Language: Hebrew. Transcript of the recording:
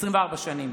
24 שנים,